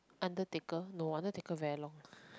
undertaker no undertaker very long